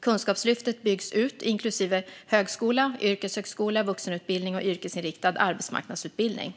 Kunskapslyftet byggs ut, inklusive högskola, yrkeshögskola, vuxenutbildning och yrkesinriktad arbetsmarknadsutbildning.